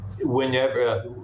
whenever